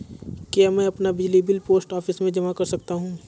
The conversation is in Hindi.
क्या मैं अपना बिजली बिल पोस्ट ऑफिस में जमा कर सकता हूँ?